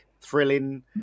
thrilling